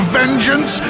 vengeance